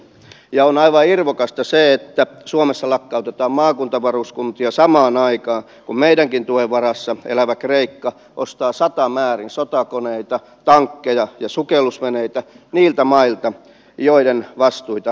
ja on aivan irvokasta se että suomessa lakkautetaan maakuntavaruskuntia samaan aikaan kun meidänkin tuen varassa elävä kreikka ostaa satamäärin sotakoneita tankkeja ja sukellusveneitä niiltä mailta joiden vastuita mekin kannamme